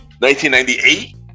1998